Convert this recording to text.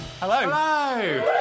Hello